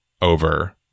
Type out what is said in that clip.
over